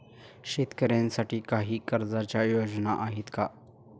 शेतकऱ्यांसाठी काही कर्जाच्या योजना आहेत का?